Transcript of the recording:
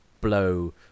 blow